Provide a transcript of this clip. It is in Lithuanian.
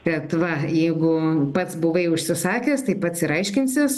kad va jeigu pats buvai užsisakęs tai pats ir aiškinsis